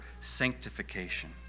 sanctification